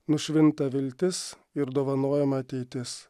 nušvinta viltis ir dovanojama ateitis